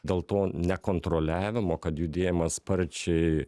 dėl to nekontroliavimo kad judėjimas sparčiai